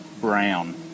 Brown